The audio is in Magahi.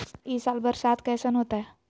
ई साल बरसात कैसन होतय?